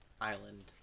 island